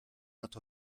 notre